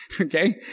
okay